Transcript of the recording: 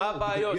מה הבעיות.